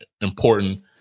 important